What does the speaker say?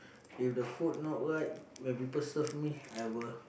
if the food not right when people serve me I will